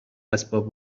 اسباب